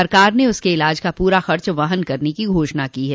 सरकार ने उसके इलाज का पूरा खर्च वहन करने की घोषणा की है